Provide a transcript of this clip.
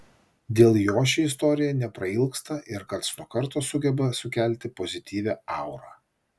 dėl jo ši istorija neprailgsta ir karts nuo karto sugeba sukelti pozityvią aurą